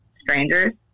strangers